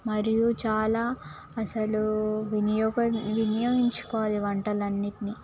మరియు చాలా అసలు వినియోగ వినియోగించుకోవాలి వంటలన్నింటినీ